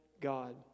God